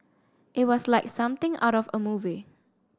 it was like something out of a movie